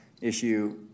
issue